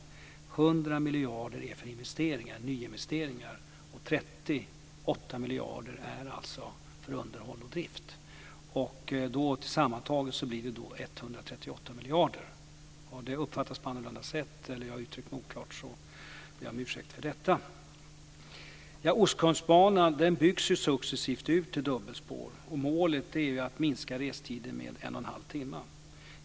100 miljarder är avsedda för investeringar, och 38 miljarder avsätts för underhåll och drift. Sammantaget blir detta 138 miljarder. Har det uppfattats på annat sätt eller om jag har uttryckt mig oklart, ber jag om ursäkt för detta. Ostkustbanan byggs successivt ut till dubbelspår, och målet är att minska restiden med en och en halv timme.